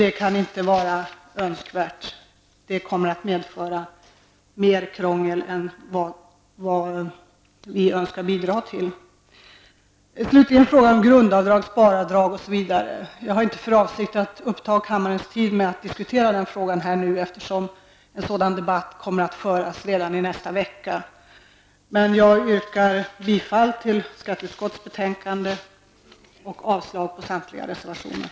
Detta är inte önskvärt, eftersom det skulle medföra mer krångel än vad som är nödvändigt. Slutligen till frågan om grundavdrag, sparavdrag m.m. Jag har inte för avsikt att uppta kammarens tid med att diskutera frågan, eftersom den blir föremål för debatt redan i nästa vecka. Jag yrkar bifall till hemställan i skatteutskottets betänkande och avslag på samtliga reservationer.